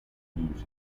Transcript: music